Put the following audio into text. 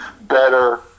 better